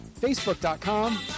facebook.com